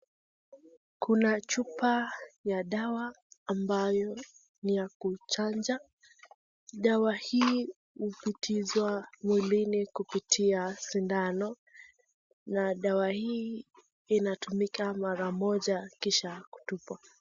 Kuna chupa ya dawa ambayo ni ya kuchanja. Dawa hii upitishwa mwilini kupitia sindano na dawa hii inatumika mara moja kisha kutupwa.